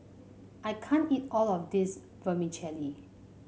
I can't eat all of this Vermicelli